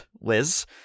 Liz